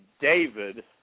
David